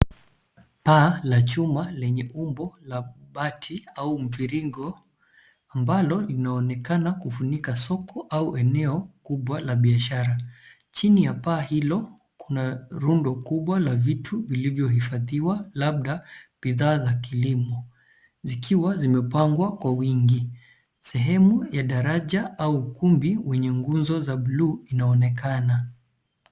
Paa la chuma lenye umbo la bati au mviringo ambalo linaonekana kufunika soko au eneo kubwa la biashara. Chini ya paa hilo kuna rundo kubwa la vitu vilivyohifadhiwa labda bidhaa za kilimo zikiwa zimepangwa kwa wingi. Sehemu ya daraja au ukumbi wenye nguzo za bluu inaonekana.